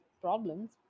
problems